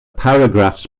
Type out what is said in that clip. paragraphs